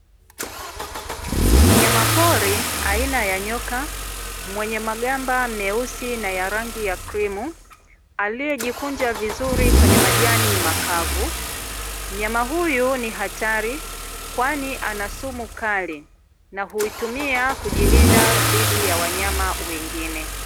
Mnyama pori aina ya nyoka mwenye magamba meusi na ya rangi ya krimu aliyejikunja vizuri kwenye majani makavu. Mnyama huyu ni hatari kwani ana sumu kali, na huitumia kujilinda dhidi ya wanyama wengine.